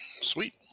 Sweet